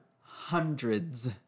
hundreds